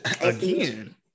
again